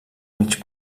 mig